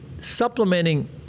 supplementing